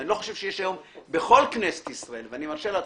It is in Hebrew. ואני לא חושב שיש היום בכל כנסת ישראל ואני מרשה לעצמי,